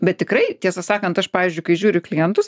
bet tikrai tiesą sakant aš pavyzdžiui kai žiūriu klientus